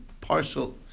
partial